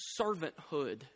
servanthood